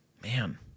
man